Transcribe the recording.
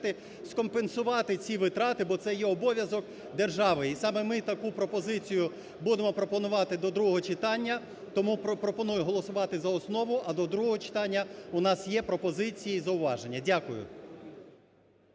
скомпенсувати ці витрати, бо це є обов'язок держави. І саме ми таку пропозицію будемо пропонувати до другого читання. Тому пропоную голосувати за основу, а до другого читання у нас є пропозиції і зауваження. Дякую.